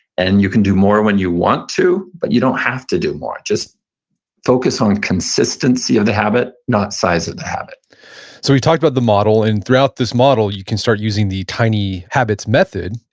and you can do more when you want to, but you don't have to do more. just focus on consistency of the habit, not size of the habit so we talked about the model, and throughout this model, you can start using the tiny habits method.